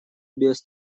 без